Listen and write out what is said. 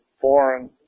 foreign